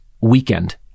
weekend